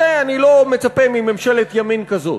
לזה אני לא מצפה ממשלת ימין כזאת,